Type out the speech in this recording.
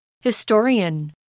Historian